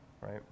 right